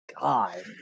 god